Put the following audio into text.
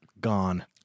gone